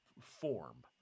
form